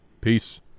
Peace